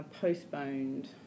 postponed